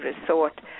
resort